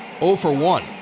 0-for-1